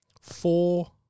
four